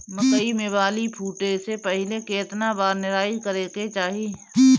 मकई मे बाली फूटे से पहिले केतना बार निराई करे के चाही?